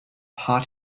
hot